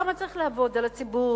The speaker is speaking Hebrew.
למה צריך לעבוד על הציבור?